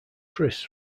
chris